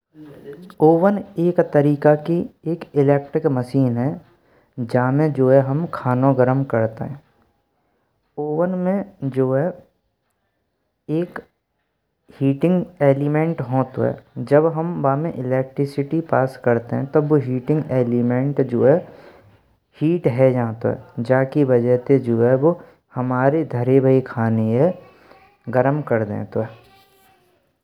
ओवन एक तरीका की एक इलेक्ट्रिक मशीन है जिसमें जो है हम खानों गरम करतें। ओवन में जो है एक हीटिंग एलिमेंट होते हुए, जब हम उसमें बिजली पास करते हैं तो वो हीटिंग एलिमेंट जो है हीट है जांतें। जाकी वजह ते जो है वो हमारे द्वारा बाहर के खाने गरम कर देतें।